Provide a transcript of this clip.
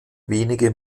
wenige